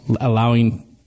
allowing